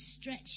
stretch